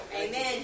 Amen